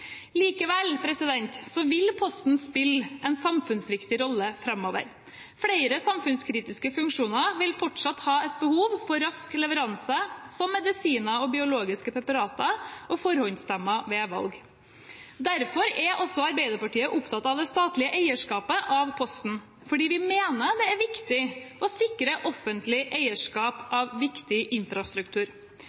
vil Posten spille en samfunnsviktig rolle framover. Flere samfunnskritiske funksjoner vil fortsatt ha et behov for rask leveranse, som medisiner, biologiske preparater og forhåndsstemmer ved valg. Derfor er også Arbeiderpartiet opptatt av det statlige eierskapet av Posten, fordi vi mener det er viktig å sikre offentlig eierskap av viktig infrastruktur.